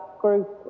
group